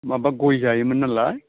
माबा गय जायोमोन नालाय